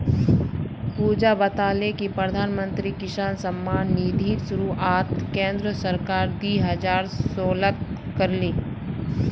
पुजा बताले कि प्रधानमंत्री किसान सम्मान निधिर शुरुआत केंद्र सरकार दी हजार सोलत कर ले